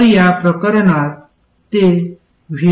तर या प्रकरणात ते vi vo आहे